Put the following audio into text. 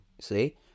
see